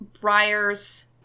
Briar's